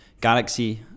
Galaxy